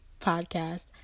Podcast